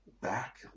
back